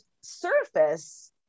surface